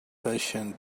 patient